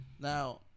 Now